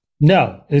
No